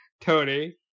Tony